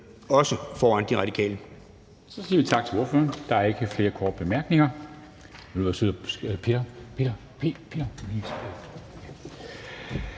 Dam Kristensen): Så siger vi tak til ordføreren. Der er ikke flere korte bemærkninger.